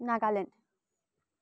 Nagaland